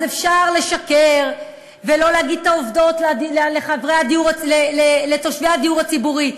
אז אפשר לשקר ולא להגיד את העובדות לתושבי הדיור הציבורי,